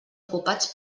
ocupats